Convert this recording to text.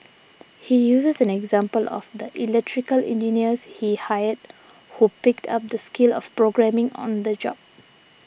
he uses an example of the electrical engineers he hired who picked up the skill of programming on the job